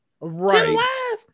Right